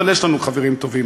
אבל יש לנו חברים טובים,